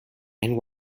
and